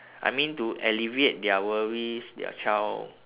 I mean to alleviate their worries their child